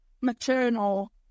maternal